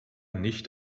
nicht